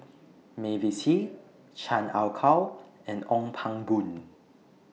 Mavis Hee Chan Ah Kow and Ong Pang Boon